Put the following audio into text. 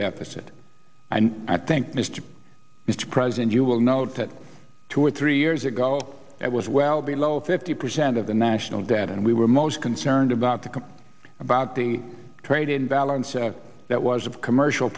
deficit and i think mr mr president you will note that two or three years ago it was well below fifty percent of the national debt and we were most concerned about the come about the trade imbalance that was of commercial